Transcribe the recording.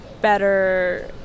better